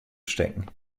stecken